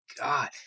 god